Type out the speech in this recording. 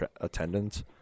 attendance